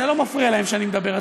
זה לא מפריע להם שאני מדבר.